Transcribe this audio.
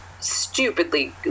stupidly